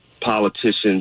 politicians